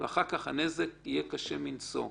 כי הנזק יכול להיות קשה מנשוא.